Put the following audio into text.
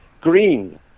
green